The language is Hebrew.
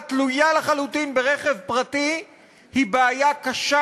התלויה לחלוטין ברכב פרטי היא בעיה קשה.